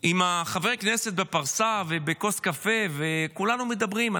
עם חברי הכנסת בפרסה ועם כוס קפה וכולנו מדברים,